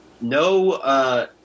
no